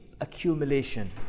accumulation